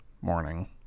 morning